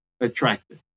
attractive